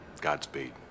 Godspeed